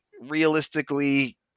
realistically